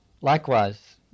likewise